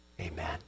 Amen